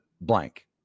blank